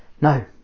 no